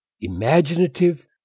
imaginative